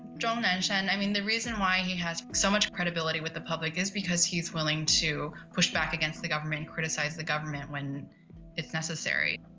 zhong nanshan, i mean, the reason why he has so much credibility with the public is because he's willing to push back against the government and criticize the government when it's necessary.